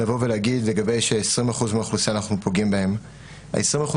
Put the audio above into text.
להגיד לגבי 20% מהאוכלוסייה שאנחנו פוגעים בהם ל-20%